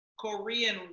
Korean